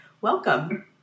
Welcome